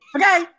Okay